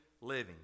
living